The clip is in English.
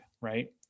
Right